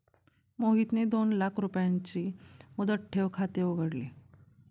मोहितने दोन लाख रुपयांचे मुदत ठेव खाते उघडले